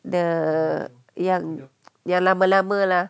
the yang yang lama-lama lah